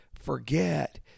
forget